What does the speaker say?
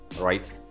Right